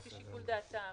לפי שיקול דעתם,